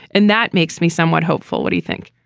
and that makes me somewhat hopeful. what do you think?